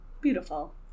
beautiful